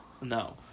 No